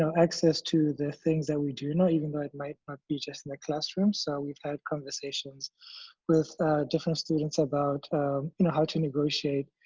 access to the things that we do know even though it might not be just in the classrooms. so we've had conversations with different students about you know how to negotiate